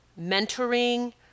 mentoring